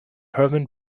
hermann